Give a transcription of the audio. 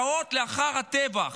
שעות לאחר הטבח,